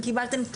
אתם ראיתם,